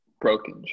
broken